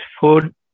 food